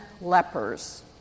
lepers